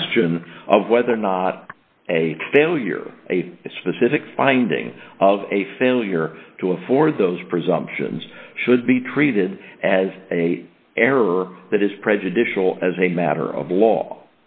question of whether or not a failure a specific finding of a failure to afford those presumptions should be treated as a error that is prejudicial as a matter of